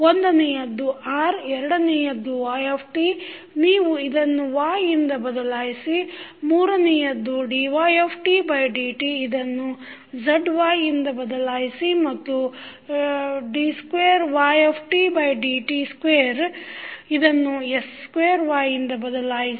ಒಂದನೆಯದ್ದು R ಎರಡನೆಯದ್ದು y ನೀವು ಇದನ್ನು Y ಯಿಂದ ಬದಲಾಯಿಸಿ ಮೂರನೆಯದ್ದು dytdt ಇದನ್ನು zYಯಿಂದ ಬದಲಾಯಿಸಿ ಮತ್ತು d2ydt2 ಇದನ್ನು s2Yಯಿಂದ ಬದಲಾಯಿಸಿ